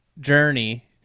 journey